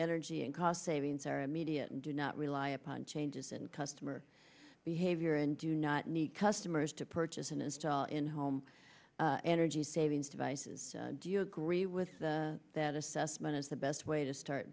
energy and cost savings are immediate and do not rely upon changes in customer behavior and do not need customers to purchase and install in home energy savings devices do you agree with that assessment is the best way to start